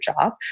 job